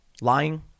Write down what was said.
Lying